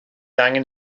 angen